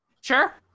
sure